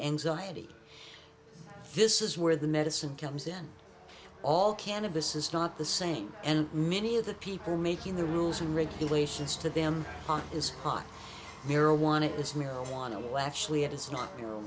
anxiety this is where the medicine comes in all cannabis is not the same and many of the people making the rules and regulations to them is hot marijuana is marijuana will actually it is not